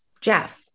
Jeff